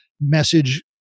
message